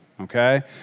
okay